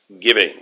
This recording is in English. giving